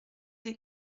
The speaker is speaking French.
des